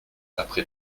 après